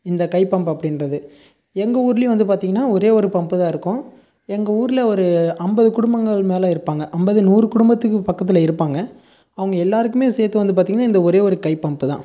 இந்த கை பம்ப் அப்படின்றது எங்கள் ஊர்லையும் வந்து பார்த்திங்கனா ஒரே ஒரு பம்புதான் இருக்கும் எங்கள் ஊரில் ஒரு ஐம்பது குடும்பங்கள் மேலே இருப்பாங்க ஐம்பது நூறு குடும்பத்துக்கு பக்கத்தில் இருப்பாங்க அவங்க எல்லோருக்குமே சேர்த்து வந்து பார்த்திங்கனா இந்த ஒரே ஒரு கை பம்பு தான்